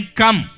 come